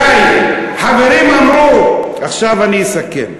די, חברים אמרו, עכשיו אני אסכם.